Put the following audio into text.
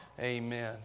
amen